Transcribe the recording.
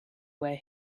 where